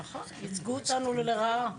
נכון, ייצגו אותנו לרעה לצערנו.